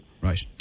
Right